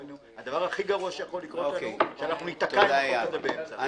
הדבר הכי גרוע שיכול לקרות לנו הוא שאנחנו ניתקע עם החוק הזה באמצע.